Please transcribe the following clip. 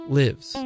lives